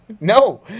No